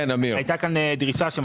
הייתה כאן דרישה,